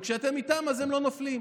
וכשאתם איתם אז הם לא נופלים.